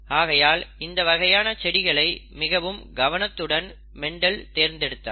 ஆகையால் இந்த வகையான செடிகளை மிகவும் கவனத்துடன் மெண்டல் தேர்ந்தெடுத்தார்